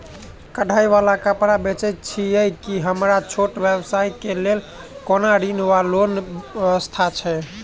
कढ़ाई वला कापड़ बेचै छीयै की हमरा छोट व्यवसाय केँ लेल कोनो ऋण वा लोन व्यवस्था छै?